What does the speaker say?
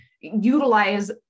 utilize